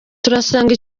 turasanga